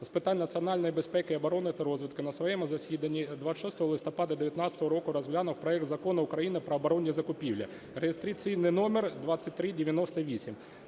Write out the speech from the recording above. з питань національної безпеки, оборони та розвідки на своєму засіданні 26 листопада 19-го року розглянув проект Закону України про оборонні закупівлі (реєстраційний номер 2398),